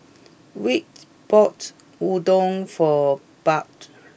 Vick bought Udon for Bud